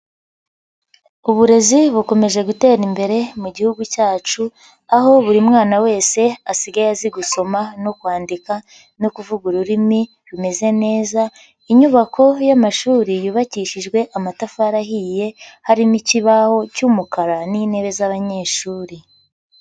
Uburezi bukomeje gutera imbere mu gihugu cyacu, aho buri mwana wese asigaye azi gusoma no kwandika no kuvuga ururimi rumeze neza. Inyubako y'amashuri yubakishijwe amatafari ahiye harimo ikibaho cy'umukara n'intebe z'abanyeshuri.